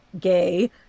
gay